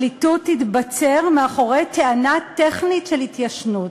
הפרקליטות תתבצר מאחורי טענה טכנית של התיישנות.